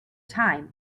time